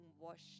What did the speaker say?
washed